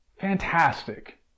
Fantastic